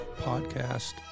Podcast